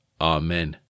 Amen